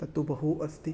तत्तु बहु अस्ति